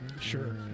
Sure